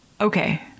Okay